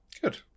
Good